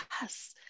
Yes